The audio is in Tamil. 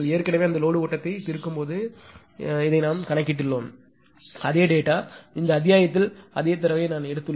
நீங்கள் ஏற்கனவே அந்த லோடு ஓட்டத்தை தீர்க்கும்போது இதை நாம் கணக்கிட்டுள்ளோம் அதே தரவு இந்த அத்தியாயத்தில் அதே தரவை நான் எடுத்துள்ளேன்